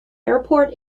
airport